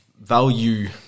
value